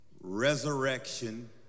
resurrection